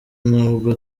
nubwo